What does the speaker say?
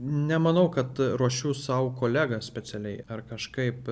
nemanau kad ruošiu sau kolegas specialiai ar kažkaip